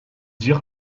dire